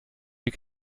die